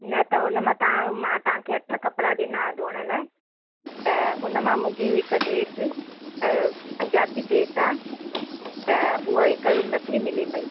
न त हुन मां तव्हां मां तव्हांखे अठ कपिड़ा ॾिना हुआ धुअण लाइ त हुन मां मुंहिंजी हिक ड्रेस पंजाबी ड्रेस आहे त उहा हिक नथी मिले पेई